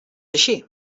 així